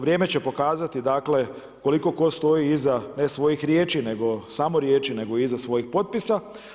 Vrijeme će pokazati dakle koliko tko stoji iza ne svojih riječi, nego samo riječi, nego iza svojih potpisa.